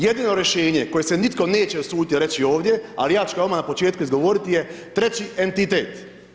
Jedino rješenje koje se nitko neće usuditi reći ovdje, ali ja ću ga odmah na početku izgovoriti je, treći entitet.